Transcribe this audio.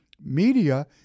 media